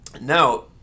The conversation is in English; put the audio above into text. Now